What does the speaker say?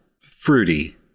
fruity